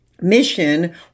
mission